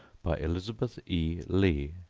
by elizabeth e. lea